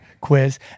quiz